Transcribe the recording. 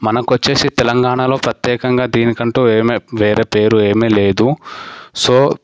మనకి వచ్చేసి తెలంగాణలో ప్రత్యేకంగా దీనికి అంటూ వేరే పేరు ఏమీ లేదు సో